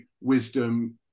wisdom